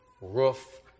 roof